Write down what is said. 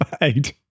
Eight